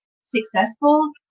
successful